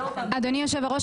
אדוני יושב הראש,